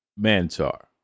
Mantar